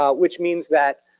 ah which means that,